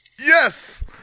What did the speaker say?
Yes